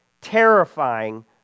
terrifying